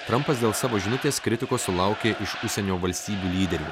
trampas dėl savo žinutės kritikos sulaukė iš užsienio valstybių lyderių